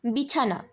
বিছানা